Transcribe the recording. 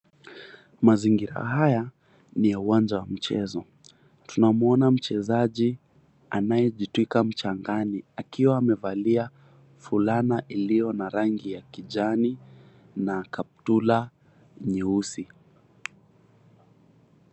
Mazingira haya ni ya uwanja wa michezo. Tunamwona mchezaji anayejitwika mchangani, akiwa amevalia fulana iliyo na rangi ya kijani na kaptura nyeusi.